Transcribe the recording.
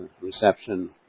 reception